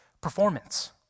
performance